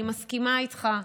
אני מסכימה איתך,